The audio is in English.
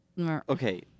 Okay